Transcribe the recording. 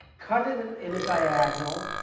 cut it in in a diagonal.